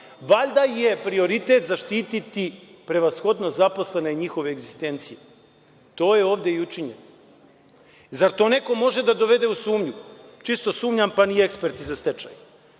Valjda je prioritet zaštiti prevashodno zaposlene i njihove egzistencije. To je ovde i učinjeno. Zar to neko može da dovede u sumnju? Čisto sumnjam, pa ni eksperti za stečaj.